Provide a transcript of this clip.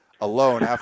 alone